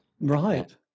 Right